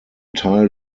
teil